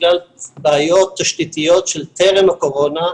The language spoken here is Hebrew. בגלל בעיות תשתיתיות של טרם הקורונה,